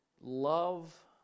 love